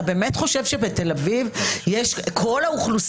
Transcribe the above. אתה באמת חושב שבתל אביב כל האוכלוסיות